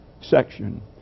section